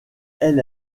elle